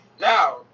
Now